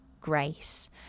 grace